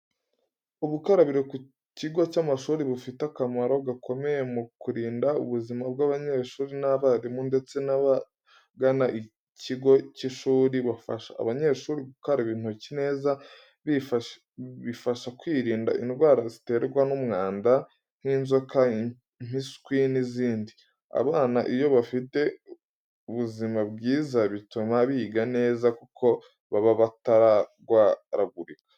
Ubukarabiro ku kigo cy’amashuri bufite akamaro gakomeye mu kurinda ubuzima bw’abanyeshuri n’abarimu ndetse n'abagana ikigo cy'ishuri, bufasha abanyeshuri gukaraba intoki neza, bigafasha kwirinda indwara ziterwa n’umwanda nk’inzoka, impiswi n’izindi. Abana iyo bafite buzima bwiza bituma biga neza kuko baba batarwaragurika.